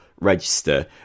register